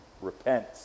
repent